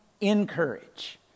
encourage